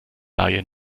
laie